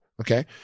Okay